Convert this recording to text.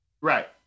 Right